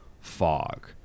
fog